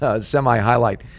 semi-highlight